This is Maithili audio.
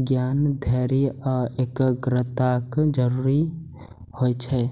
ज्ञान, धैर्य आ एकाग्रताक जरूरत होइ छै